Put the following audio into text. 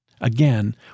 Again